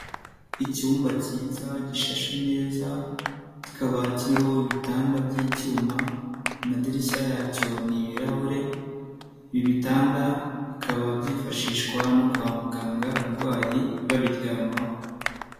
Icyumba cyiza gishashe neza, kikaba kiriho ibitanda by'icyuma, amadirishya yacyo n'ibirahure ibi bitanda bikaba byifashishwa no kwa muganga abarwayi babiryamaho.